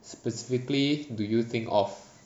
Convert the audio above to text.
specifically do you think of